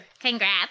Congrats